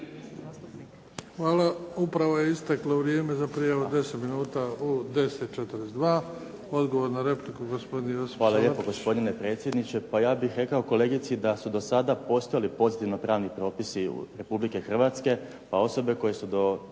Hvala. Upravo je isteklo vrijeme za prijavu od 10 minuta za prijavu u 10,42. Odgovor na repliku gospodine Josip Salapić. **Salapić, Josip (HDZ)** Hvala lijepo gospodine predsjedniče. Pa ja bih rekao kolegici da su do sada postojali pozitivno pravni propisi Republike Hrvatske, pa osobe koje su do